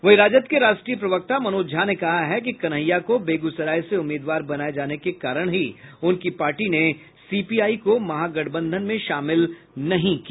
वहीं राजद के राष्ट्रीय प्रवक्ता मनोज झा ने कहा है कि कन्हैया को बेगुसराय से उम्मीदवार बनाए जाने के कारण ही उनकी पार्टी ने सीपीआई को महागठबंधन में शामिल नहीं किया